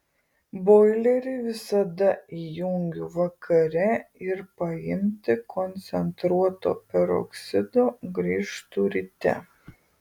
boilerį visada įjungiu vakare ir paimti koncentruoto peroksido grįžtu ryte